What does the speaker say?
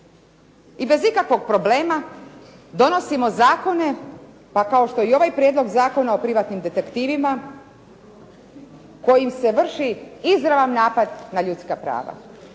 i bez ikakvog problema donosimo zakone pa kao što i ovaj Prijedlog zakona o privatnim detektivima kojim se vrši izravan napad na ljudska prava.